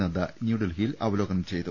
നദ്ദ ന്യൂഡൽഹിയിൽ അവലോകനം ചെയ്തു